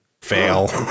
fail